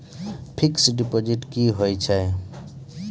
Fixed deposit की होय छै?